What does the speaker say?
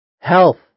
Health